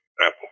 apple